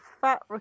fat